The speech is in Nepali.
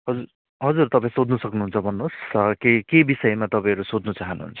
हजुर हजुर तपाईँ सोध्नु सक्नुहुन्छ भन्नुहोस् त के के विषयमा तपाईँहरू सोध्नु चाहनुहुन्छ